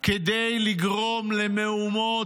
כדי לגרום למהומות,